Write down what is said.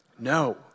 No